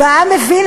והעם מבין,